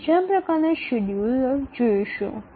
આપણે બીજા પ્રકારનાં શેડ્યુલર જોશું